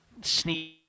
sneak